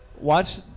Watch –